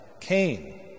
Cain